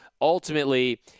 ultimately